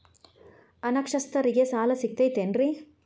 ಅನಕ್ಷರಸ್ಥರಿಗ ಸಾಲ ಸಿಗತೈತೇನ್ರಿ?